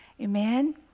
amen